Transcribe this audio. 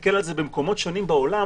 הסתכל על זה במקומות שונים בעולם